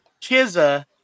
Chizza